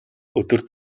өдөр